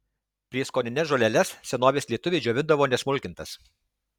prieskonines žoleles senovės lietuviai džiovindavo nesmulkintas